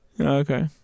Okay